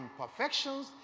imperfections